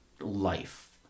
life